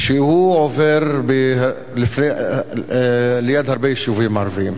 שעובר ליד הרבה יישובים ערביים,